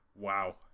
Wow